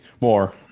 more